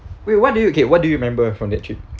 we what do you okay what do you remember from that trip